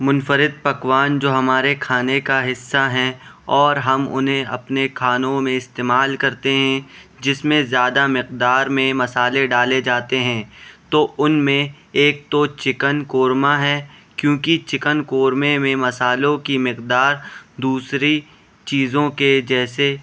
منفرد پکوان جو ہمارے کھانے کا حصہ ہیں اور ہم انہیں اپنے کھانوں میں استعمال کرتے ہیں جس میں زیادہ مقدار میں مصالحے ڈالے جاتے ہیں تو ان میں ایک تو چکن قورمہ ہے کیوںکہ چکن قورمے میں مصالحوں کی مقدار دوسری چیزوں کے جیسے